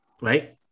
right